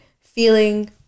feeling